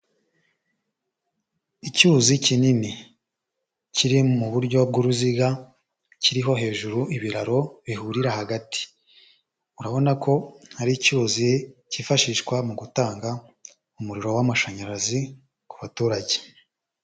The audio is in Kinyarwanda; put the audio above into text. Icyuzi kinini kiri mu buryo bw'uruziga kiriho hejuru ibiraro bihurira hagati, urabona ko ari icyuzi kifashishwa mu gutanga umuriro w'amashanyarazi ku baturage.